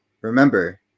remember